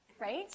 Right